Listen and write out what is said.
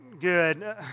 good